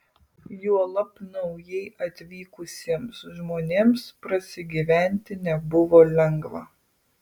juolab naujai atvykusiems žmonėms prasigyventi nebuvo lengva